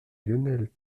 lionel